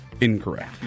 Incorrect